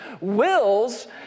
wills